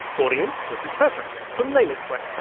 audience, this is patrick from name explain,